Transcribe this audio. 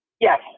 Yes